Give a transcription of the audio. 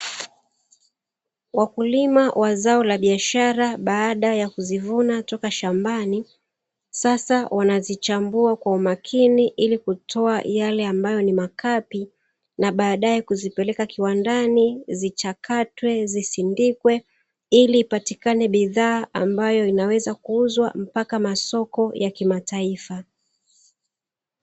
Wakulima wa zao la biashara baada ya kuzivuna toka shambani. Sasa wanazichambua kwa umakini ili kutoa yale ambayo ni makapi na baadae kuzipeleka kiwandani zichakatwe, zisindikwe ili ipatikane bidhaa ambayo inaweza kuuzwa mapaka masoko ya kimataifa.